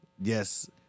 Yes